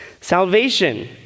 Salvation